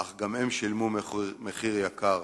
אך גם הם שילמו מחיר יקר,